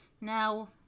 Now